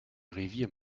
revier